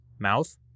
mouth